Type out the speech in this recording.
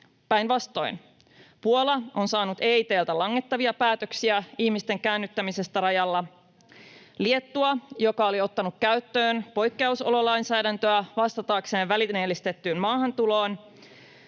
Päinvastoin. Puola on saanut EIT:ltä langettavia päätöksiä ihmisten käännyttämisestä rajalla. Liettua oli ottanut käyttöön poikkeusololainsäädäntöä vastatakseen välineellistettyyn maahantuloon,